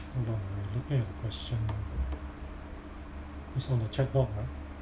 hold on ah I looking at the question it's on the chat board right